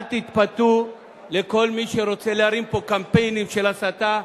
אל תתפתו לכל מי שרוצה להרים פה קמפיינים של הסתה,